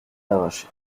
arrachés